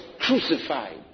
crucified